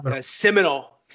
seminal